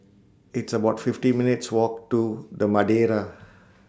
It's about fifty minutes' Walk to The Madeira